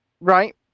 Right